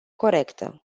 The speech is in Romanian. corectă